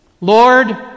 Lord